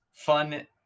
Fun